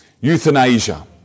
Euthanasia